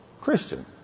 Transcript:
Christian